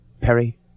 Perry